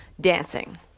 dancing